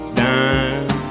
dime